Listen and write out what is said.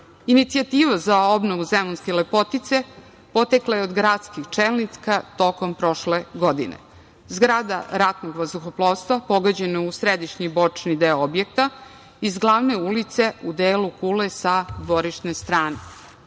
stanju. Inicijativa za obnovu zemunske lepotice potekla je od gradskih čelnika tokom prošle godine. Zgrada Ratnog vazduhoplovstva pogođena je u središnji bočni deo objekta iz Glavne ulice u delu kule sa dvorišne strane.